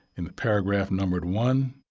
in the paragraph numbered one,